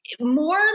more